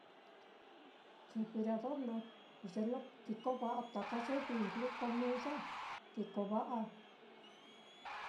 Jefirador naá, ye lo kikova'a taka ye vijli, comida kikova'a.